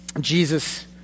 Jesus